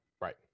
right